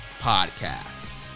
Podcasts